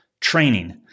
training